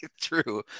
True